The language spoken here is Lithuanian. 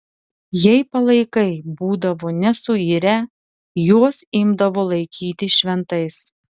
jei palaikai būdavo nesuirę juos imdavo laikyti šventais